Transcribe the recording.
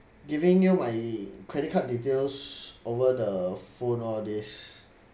giving you my credit card details over the phone all these